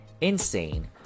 Insane